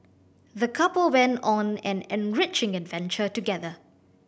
the couple went on an enriching adventure together